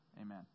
amen